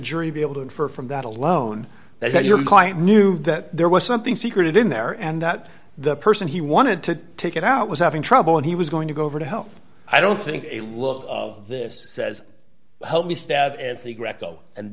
jury be able to infer from that alone that your client knew that there was something secret in there and that the person he wanted to take it out was having trouble and he was going to go over to help i don't think a look this says help me stab the greco and